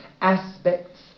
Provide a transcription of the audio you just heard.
aspects